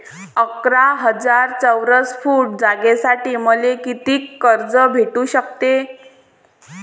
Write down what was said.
अकरा हजार चौरस फुट जागेसाठी मले कितीक कर्ज भेटू शकते?